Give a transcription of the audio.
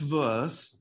verse